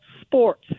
sports